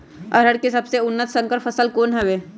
अरहर के सबसे उन्नत संकर फसल कौन हव?